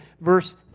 verse